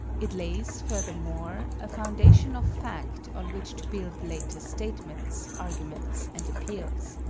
it lays, furthermore, a foundation of fact on which to build later statements, arguments, and appeals.